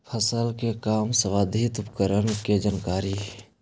फसल के काम संबंधित उपकरण के जानकारी?